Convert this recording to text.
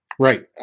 Right